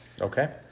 Okay